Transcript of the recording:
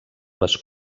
les